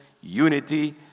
unity